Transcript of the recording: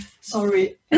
Sorry